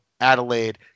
Adelaide